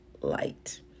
light